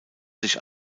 sich